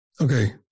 Okay